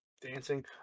dancing